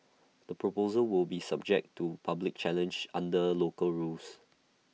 the proposal will be subject to public challenge under local rules